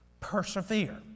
Persevere